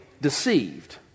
deceived